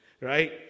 right